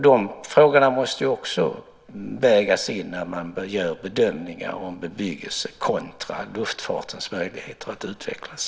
De frågorna måste också vägas in när man gör bedömningar om bebyggelse kontra luftfartens möjligheter att utvecklas.